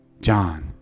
John